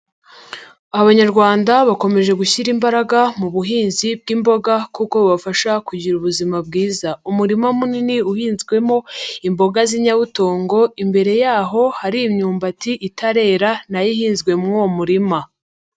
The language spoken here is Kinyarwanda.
Abanyarwanda bakomeje gushyira imbaraga mu buhinzi bw'imboga kuko bubafasha kugira ubuzima bwiza. Umurima munini uhinzwemo imboga z'inyabutongo imbere yaho hari imyumbati itarera nayo ihinzwe mwuwo murima.